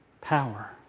power